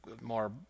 More